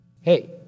Hey